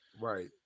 Right